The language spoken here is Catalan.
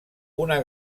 una